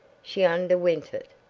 she underwent it.